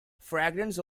fragrance